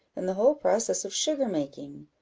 and the whole process of sugar-making.